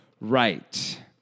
Right